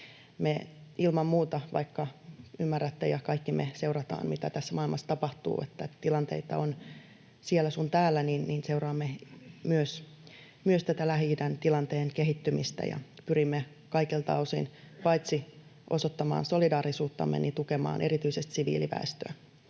Me ilman muuta — vaikka ymmärrätte ja kaikki me seurataan, mitä tässä maailmassa tapahtuu, että tilanteita on siellä sun täällä — seuraamme myös tätä Lähi-idän tilanteen kehittymistä ja pyrimme kaikilta osin paitsi osoittamaan solidaarisuuttamme myös tukemaan erityisesti siviiliväestöä.